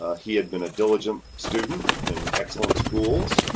ah he had been a diligent student in excellent schools,